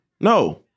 No